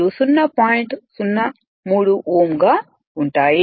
03 Ω గా ఉంటాయి